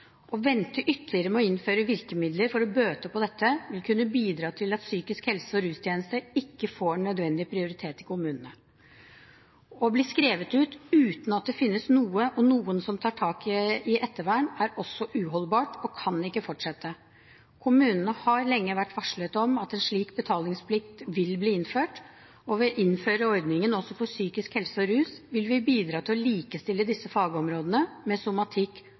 Å vente ytterligere med å innføre virkemidler for å bøte på dette vil kunne bidra til at psykiske helse- og rustjenester ikke får nødvendig prioritet i kommunene. Å bli skrevet ut uten at det finnes noe og noen som tar tak i ettervern, er også uholdbart og kan ikke fortsette. Kommunene har lenge vært varslet om at en slik betalingsplikt vil bli innført, og ved å innføre ordningen også for psykisk helse og rus vil vi bidra til å likestille disse fagområdene med somatikk,